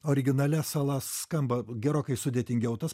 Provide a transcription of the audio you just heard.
originalia sala skamba gerokai sudėtingiau tas